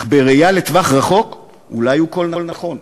אך בראייה לטווח רחוק אולי הוא קול נכון,